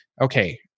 okay